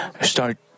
start